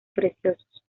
preciosos